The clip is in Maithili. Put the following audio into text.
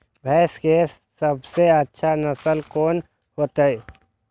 भैंस के सबसे अच्छा नस्ल कोन होते?